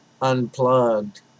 unplugged